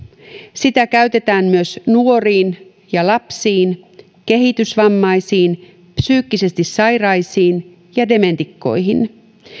sitä käytetään myös nuoriin ja lapsiin kehitysvammaisiin psyykkisesti sairaisiin ja dementikkoihin